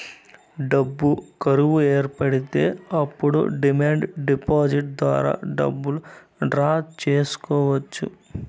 డబ్బు కరువు ఏర్పడితే అప్పుడు డిమాండ్ డిపాజిట్ ద్వారా డబ్బులు డ్రా చేసుకోవచ్చు